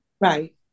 Right